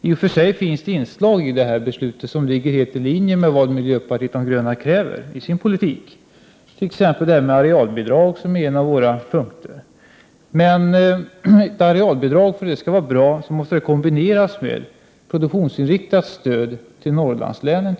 I och för sig finns det inslag i detta beslut som ligger helt i linje med vad miljöpartiet de gröna kräver i sin politik, t.ex. i fråga om arealbidraget. Men för att ett arealbidrag skall vara bra måste det kombineras med produktionsinriktat stöd till exempelvis Norrlandslänen.